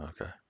okay